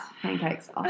pancakes